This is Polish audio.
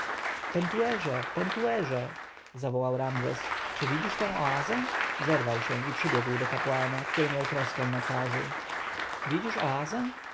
pentuerze pentuerze zawołał ramzes czy widzisz tę oazę zerwał się i przybiegł do kapłana który miał troskę na twarzy widzisz oazę to